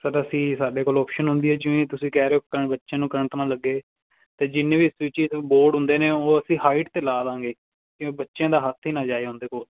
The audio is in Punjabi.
ਸਰ ਅਸੀਂ ਸਾਡੇ ਕੋਲ ਆਪਸ਼ਨ ਹੁੰਦੀ ਹੈ ਜਿਵੇਂ ਤੁਸੀਂ ਕਹਿ ਰਹੇ ਹੋ ਬੱਚੇ ਨੂੰ ਕਰੰਟ ਨਾ ਲੱਗੇ ਅਤੇ ਜਿੰਨੇ ਵੀ ਸੂਚੀਜ਼ ਬੋਰਡ ਹੁੰਦੇ ਨੇ ਉਹ ਅਸੀਂ ਹਾਈਟ 'ਤੇ ਲਾ ਦਾਂਗੇ ਜਿਵੇਂ ਬੱਚਿਆਂ ਦਾ ਹੱਥ ਹੀ ਨਾ ਜਾਏ ਉਹਦੇ ਕੋਲ